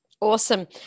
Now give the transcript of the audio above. Awesome